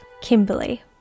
kimberly